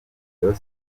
rayon